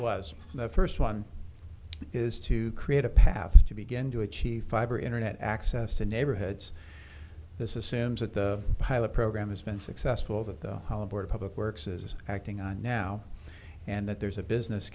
was the first one is to create a path to begin to achieve fiber internet access to neighborhoods this is sam's that the pilot program has been successful that the public works is acting on now and that there's a business